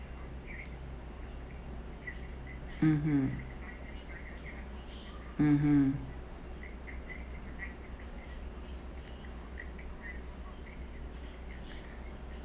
mmhmm mmhmm